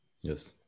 Yes